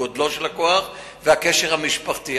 גודלו של הכוח והקשר המשפחתי.